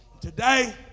Today